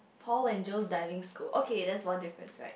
Paul and Joe's Diving School okay that's one difference right